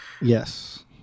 Yes